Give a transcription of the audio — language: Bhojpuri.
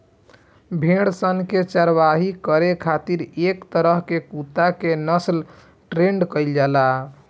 भेड़ सन के चारवाही करे खातिर एक तरह के कुत्ता के नस्ल के ट्रेन्ड कईल जाला